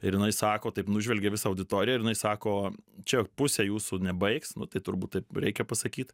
ir jinai sako taip nužvelgė visą auditoriją ir jinai sako čia pusė jūsų nebaigs nu tai turbūt taip reikia pasakyt